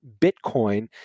Bitcoin